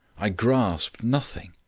i grasped nothing.